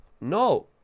No